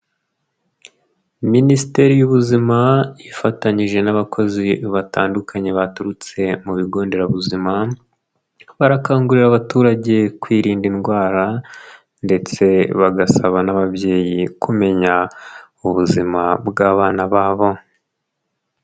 Minisiteri y'ubuzima ifatanyije n'abakozi batandukanye baturutse mu bigo nderabuzima barakangurira abaturage kwirinda indwara ndetse bagasaba n'ababyeyi kumenya ubuzima bw'abana babo.